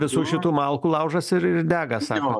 visų šitų malkų laužas ir ir dega sau